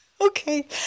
Okay